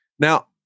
Now